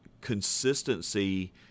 consistency